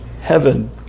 heaven